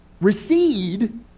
recede